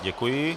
Děkuji.